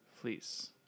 Fleece